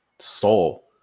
Soul